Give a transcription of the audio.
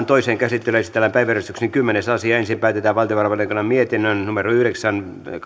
toiseen käsittelyyn esitellään päiväjärjestyksen kymmenes asia ensin päätetään valtiovarainvaliokunnan mietinnön yhdeksän